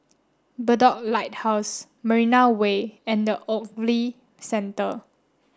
Bedok Lighthouse Marina Way and the Ogilvy Centre